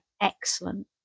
excellent